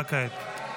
הצבעה כעת.